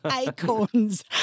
Acorns